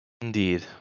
Indeed